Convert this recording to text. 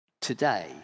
Today